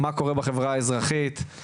מה קורה בחברה האזרחית,